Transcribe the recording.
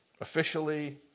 officially